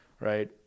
right